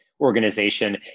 organization